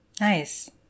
nice